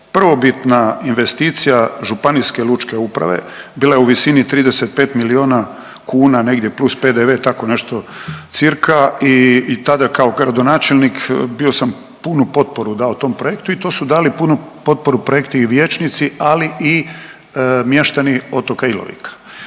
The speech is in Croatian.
Prvobitna investicija županijske lučke uprave bila je u visini 35 miliona kuna negdje plus PDV tako nešto cca i tada kao gradonačelnik bio sam punu potporu dao tom projektu i to su dali punu potporu projekti i vijećnici, ali i mještani otoka Ilovika.